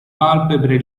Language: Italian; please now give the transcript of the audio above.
palpebre